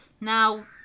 Now